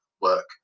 work